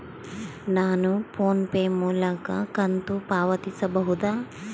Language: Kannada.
ನಾವು ಫೋನ್ ಪೇ ಮೂಲಕ ಕಂತು ಪಾವತಿಸಬಹುದಾ?